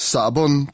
Sabon